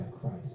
Christ